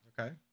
Okay